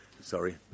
Sorry